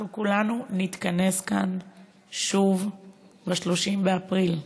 אנחנו כולנו נתכנס כאן שוב ב-30 באפריל.